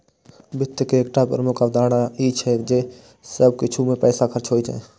वित्त के एकटा प्रमुख अवधारणा ई छियै जे सब किछु मे पैसा खर्च होइ छै